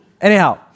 anyhow